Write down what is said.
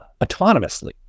autonomously